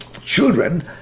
children